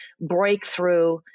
breakthrough